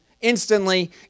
instantly